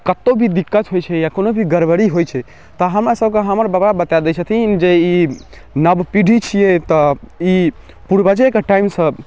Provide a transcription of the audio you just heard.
कतहु भी दिक्कत होइ छै या कोनो भी गड़बड़ी होइ छै तऽ हमरासभके हमर बाबा बता दै छथिन जे ई नव पीढ़ी छिए तब ई पूर्वजेके टाइमसँ